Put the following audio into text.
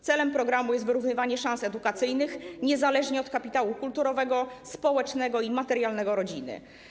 Celem programu jest wyrównywanie szans edukacyjnych niezależnie od kapitału kulturowego, społecznego i materialnego rodziny.